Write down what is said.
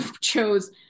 chose